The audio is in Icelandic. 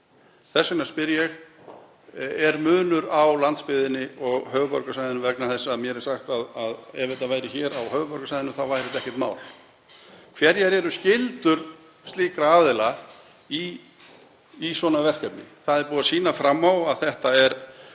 Þess vegna spyr ég: Er munur á landsbyggðinni og höfuðborgarsvæðinu? Mér er sagt að ef þetta væri hér á höfuðborgarsvæðinu þá væri þetta ekkert mál. Hverjar eru skyldur slíkra aðila í svona verkefni? Það er búið að sýna fram á að þetta er